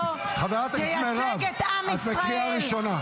חברת הכנסת מירב, את בקריאה ראשונה.